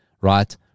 right